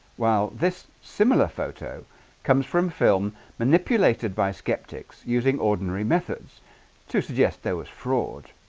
while this similar photo comes from film manipulated by skeptics using ordinary methods to suggest there was fraud